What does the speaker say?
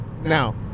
Now